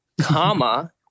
comma